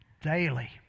Daily